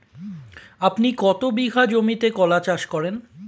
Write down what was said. আপনি কত বিঘা জমিতে কলা চাষ করেন?